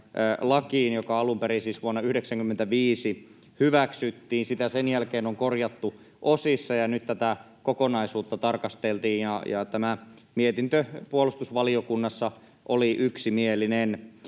joka alun perin siis vuonna 95 hyväksyttiin. Sitä on sen jälkeen korjattu osissa, ja nyt tätä kokonaisuutta tarkasteltiin, ja tämä mietintö puolustusvaliokunnassa oli yksimielinen.